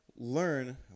learn